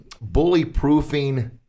bully-proofing